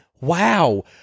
Wow